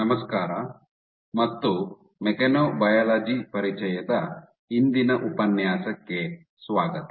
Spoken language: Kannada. ನಮಸ್ಕಾರ ಮತ್ತು ಮೆಕ್ಯಾನೊಬಯಾಲಜಿ ಪರಿಚಯದ ಇಂದಿನ ಉಪನ್ಯಾಸಕ್ಕೆ ಸ್ವಾಗತ